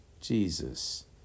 Jesus